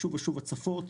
שוב ושוב הצפות,